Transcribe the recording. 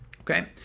okay